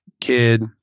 kid